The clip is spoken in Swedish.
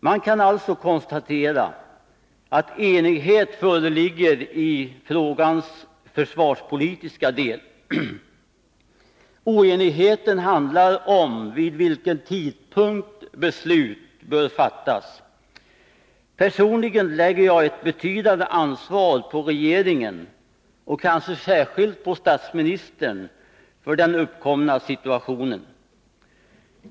Man kan alltså konstatera att enighet föreligger i frågans försvarspolitiska del. Oenigheten handlar om vid vilken tidpunkt beslut bör fattas. Personligen lägger jag ett betydande ansvar på regeringen, och kanske särskilt på statsministern, för den uppkomna situationen.